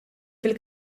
fil